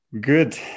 Good